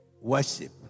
Worship